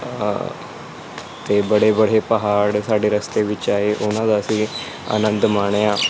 ਅਤੇ ਬੜੇ ਬੜੇ ਪਹਾੜ ਸਾਡੇ ਰਸਤੇ ਵਿੱਚ ਆਏ ਉਹਨਾਂ ਦਾ ਅਸੀਂ ਆਨੰਦ ਮਾਣਿਆ